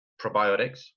probiotics